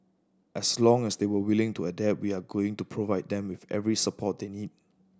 as long as they are willing to adapt we are going to provide them with every support they need